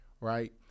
Right